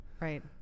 Right